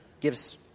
gives